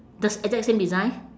the s~ exact same design